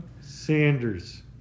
Sanders